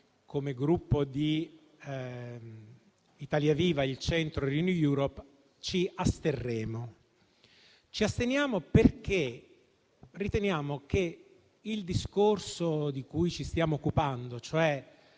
come Gruppo Italia Viva-il Centro-Renew Europe, ci asterremo. Ci asteniamo perché riteniamo che il discorso di cui ci stiamo occupando, cioè